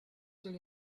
still